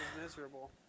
Miserable